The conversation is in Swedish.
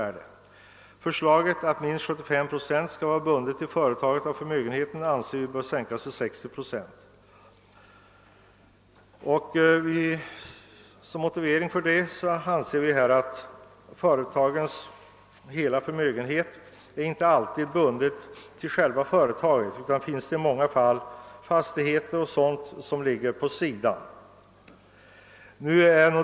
I propositionen föreslås att minst 75 procent av förmögenheten skall vara bunden vid företaget; detta anser vi bör sänkas till 60 procent. Företagets hela förmögenhet är inte alltid nedlagd i själva företaget; ibland ingår också fastigheter i förmögenheten.